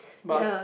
ya